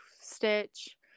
stitch